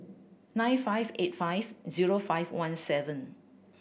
nine five eight five zero five one seven